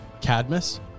Cadmus